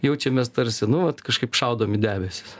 jaučiamės tarsi nu vat kažkaip šaudom į debesis